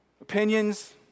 opinions